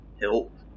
help